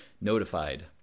notified